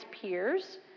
peers